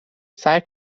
سعی